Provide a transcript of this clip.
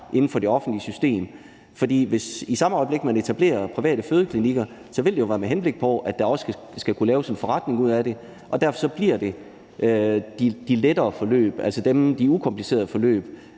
inden for det offentlige system? For i samme øjeblik man etablerer private fødeklinikker, vil det være med henblik på, at der også skal kunne laves en forretning ud af det, og derfor bliver det de ukomplicerede forløb,